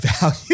value